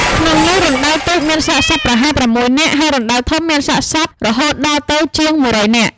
ក្នុងនោះ រណ្ដៅតូចមានសាកសពប្រហែល ៦នាក់ ហើយរណ្តៅធំមានសាកសពរហូតដល់ទៅជាង ១០០នាក់ ។